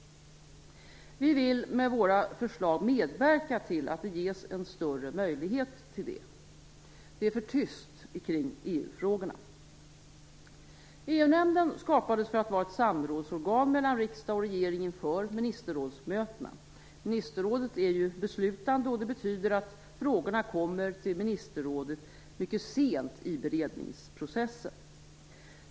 Vi vill med våra förslag medverka till att det ges en större möjlighet till det. Det är för tyst kring EU-frågorna. EU-nämnden skapades för att vara ett samrådsorgan mellan riksdagen och regeringen före ministerrådsmötena. Ministerrådet är ju beslutande, och det betyder att frågorna kommer till ministerrådet mycket sent i beredningsprocessen.